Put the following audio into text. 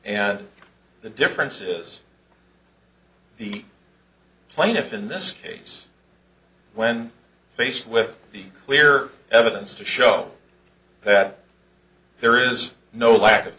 and the difference is the plaintiff in this case when faced with the clear evidence to show that there is no lack of